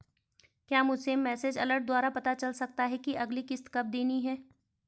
क्या मुझे message alert द्वारा पता चल सकता कि अगली किश्त कब देनी है?